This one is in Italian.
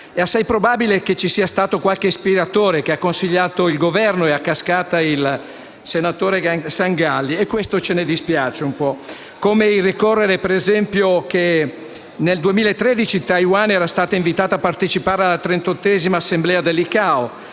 È assai probabile che ci sia stato qualche ispiratore che ha consigliato il Governo e, a cascata, il senatore Sangalli, e questo ce ne dispiace. Occorre riconoscere, ad esempio, che nel 2013 Taiwan era stata invitata a partecipare alla 38a assemblea dell'ICAO